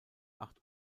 acht